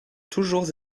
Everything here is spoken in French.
toujours